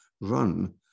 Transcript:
run